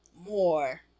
More